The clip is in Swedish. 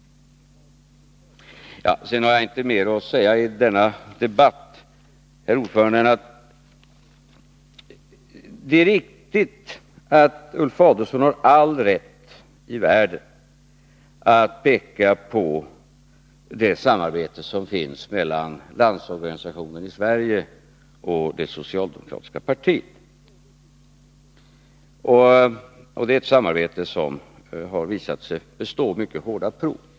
Jag har inte mer att säga i denna debatt, herr talman, än att det är riktigt att Ulf Adelsohn har all rätt i världen att peka på det samarbete som finns mellan Landsorganisationen i Sverige och det socialdemokratiska partiet. Det är ett samarbete som har visat sig bestå mycket hårda prov.